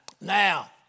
now